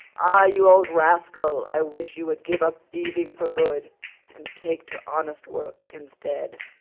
ah, you old rascal, i wish you would give up thieving for good and take to honest work instead.